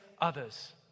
others